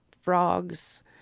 frogs